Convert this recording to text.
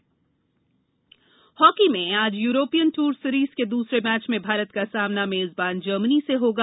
hockey Bharat hockey में आज European tour series के दूसरे मैच में भारत का सामना मेजबान जर्मनी से होगा